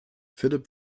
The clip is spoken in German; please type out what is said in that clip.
philipp